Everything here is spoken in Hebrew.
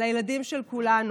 על הילדים של כולנו.